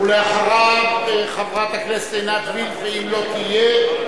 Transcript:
ואחריו, חברת הכנסת עינת וילף, ואם לא תהיה,